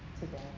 today